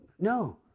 No